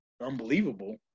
unbelievable